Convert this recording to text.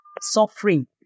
suffering